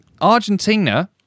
Argentina